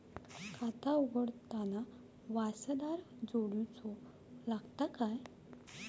खाता उघडताना वारसदार जोडूचो लागता काय?